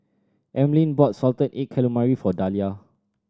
Emaline bought salted egg calamari for Dalia